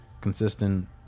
consistent